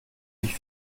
ich